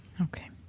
Okay